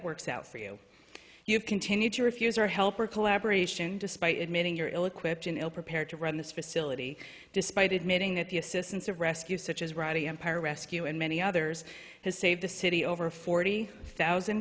works out for you you have continued to refuse or help or collaboration despite admitting your ill equipped and ill prepared to run this facility despite admitting that the assistance of rescue such as rowdy empire rescue and many others has saved the city over forty thousand